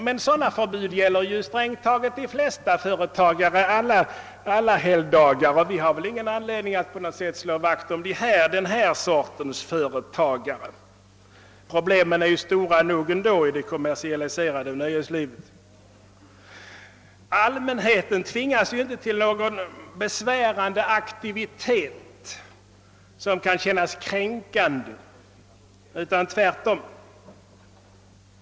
Men liknance förbud gäller ju strängt taget alla helgdagar för de flesta företagare, och vi har väl ingen anledning att slå vakt om den här sortens företagare. De sociala problemen är stora nog ändå i det kommersialiserade nöjeslivet. Allmänheten tvingas inte till någon besvärande aktivitet, som kan kännas kränkande — tvärtom.